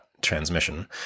transmission